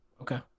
Okay